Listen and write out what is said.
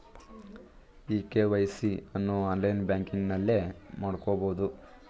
E KYC ಅನ್ನು online ಬ್ಯಾಂಕಿಂಗ್ನಲ್ಲೇ ಮಾಡ್ಕೋಬೋದು